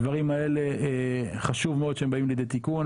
הדברים האלה חשוב מאוד שהם באים לידי תיקון,